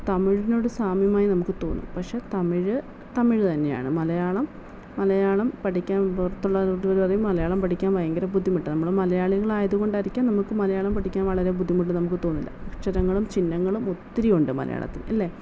തമിഴിനാട് സാമ്യമായി നമുക്ക് തോന്നും പക്ഷേ തമിഴ് തമിഴ് തന്നെയാണ് മലയാളം മലയാളം പഠിക്കാൻ പുറത്തുള്ളവർ പറയും മലയാളം പഠിക്കാൻ ഭയങ്കര ബുദ്ധിമുട്ടാ നമ്മൾ മലയാളികളായത് കൊണ്ടായിരിക്കാം നമുക്ക് മലയാളം പഠിക്കാൻ വളരെ ബുദ്ധിമുട്ട് നമുക്ക് തോന്നില്ല അക്ഷരങ്ങളും ചിഹ്നങ്ങളും ഒത്തിരിയുണ്ട് മലയാളത്തിൽ ഇല്ലേ